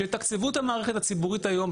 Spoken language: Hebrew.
שיתקצבו את המערכת הציבורית היום.